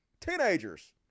teenagers